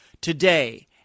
Today